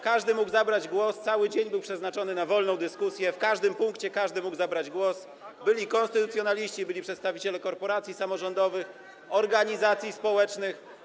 Każdy mógł zabrać głos, cały dzień był przeznaczony na wolną dyskusję, w każdym punkcie każdy mógł zabrać głos, byli konstytucjonaliści, byli przedstawiciele korporacji samorządowych, organizacji społecznych.